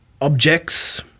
objects